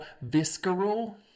visceral